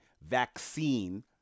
vaccine